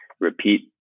repeat